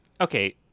okay